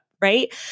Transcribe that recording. Right